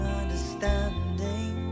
understanding